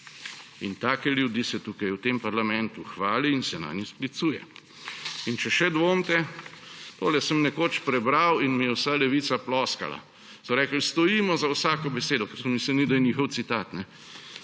Take ljudi se tukaj v tem parlamentu hvali in se nanje sklicuje. In če še dvomite, tole sem nekoč prebral in mi je vsa levica ploskala. So rekli, stojimo za vsako besedo, ker so mislili, da je njihov citat.